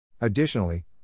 Additionally